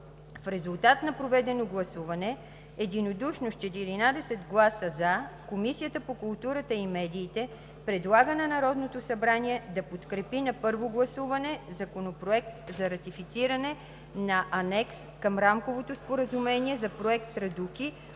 В резултат на проведено гласуване единодушно с 14 гласа „за“ Комисията по културата и медиите предлага на Народното събрание да подкрепи на първо гласуване Законопроект за ратифициране на Анекс към Рамковото споразумение за Проект „Традуки“